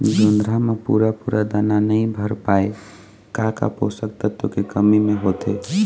जोंधरा म पूरा पूरा दाना नई भर पाए का का पोषक तत्व के कमी मे होथे?